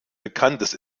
bekanntes